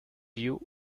you